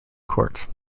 court